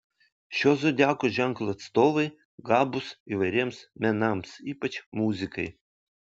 šio zodiako ženklo atstovai gabūs įvairiems menams ypač muzikai